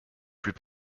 plus